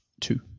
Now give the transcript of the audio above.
Two